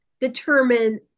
determine